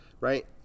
right